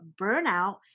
burnout